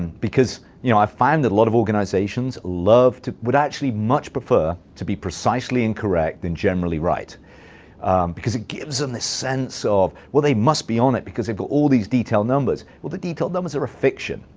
and because you know i find that a lot of organizations love, would actually much prefer, to be precisely incorrect and generally right because it gives them this sense of, well, they must be on it because they've got all these detailed numbers. well, the detailed numbers are a fiction.